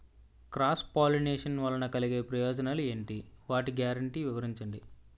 Cross pollination వలన కలిగే ప్రయోజనాలు ఎంటి? వాటి గ్యారంటీ వివరించండి?